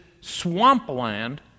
swampland